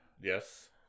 Yes